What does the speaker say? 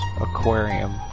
aquarium